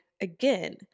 again